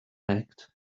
act